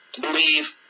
believe